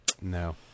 no